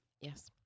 Yes